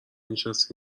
نشستی